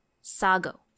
sago